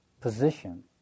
position